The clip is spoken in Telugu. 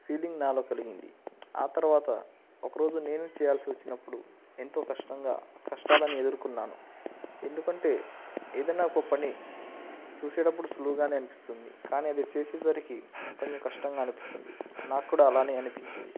ఫీలింగ్ నాలో కలిగింది ఆ తర్వాత ఒకరోజు నేను చేయాల్సి వచ్చినప్పుడు ఎంతో కష్టంగా కష్టాలను ఎదుర్కొన్నాను ఎందుకంటే ఏదన్నా ఒక పని చూసేటప్పుడు సులువుగా అనిపిస్తుంది కానీ అది చేసేసరికి కొంచెం కష్టంగా అనిపిస్తుంది నాకు కూడా అలాగే అనిపించింది